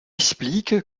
explique